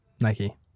nike